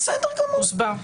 הוסבר.